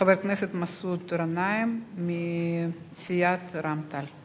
חבר הכנסת מסעוד גנאים מסיעת רע"ם-תע"ל.